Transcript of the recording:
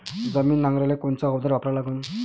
जमीन नांगराले कोनचं अवजार वापरा लागन?